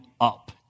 up